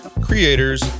creators